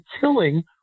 killing